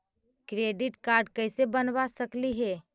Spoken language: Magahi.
क्रेडिट कार्ड कैसे बनबा सकली हे?